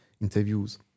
interviews